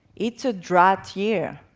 it's a drought year.